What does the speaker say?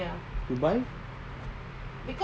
you buy